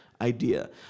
idea